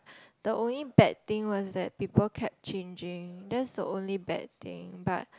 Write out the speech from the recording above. the only bad thing was that people kept changing that's the only bad thing but